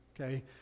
okay